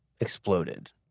exploded